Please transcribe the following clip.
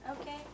Okay